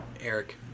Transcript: Eric